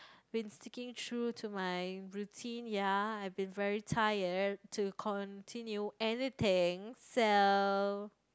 been seeking through to my routine ya I've been very tired to continue anything so